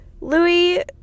Louis